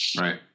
Right